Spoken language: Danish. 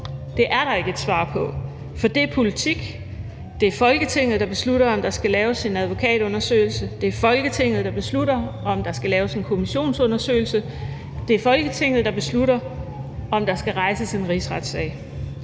Det er der ikke et svar på. For det er politik. Det er Folketinget, der beslutter, om der skal laves en advokatundersøgelse, det er Folketinget, der beslutter, om der skal laves en kommissionsundersøgelse, det er Folketinget, der beslutter, om der skal rejses en rigsretssag.